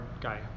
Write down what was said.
guy